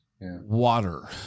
Water